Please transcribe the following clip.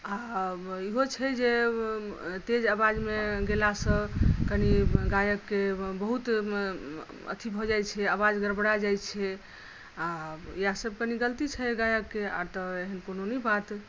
आ ईहो छै जे तेज अवाजमे गेलासॅं कने गायकके बहुत अथी भऽ जाइ छै अवाज गरबड़ा जाइ छै आ इएह सब कनी गलती छै गायकके आर तऽ एहन कुनू नहि बात